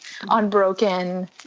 unbroken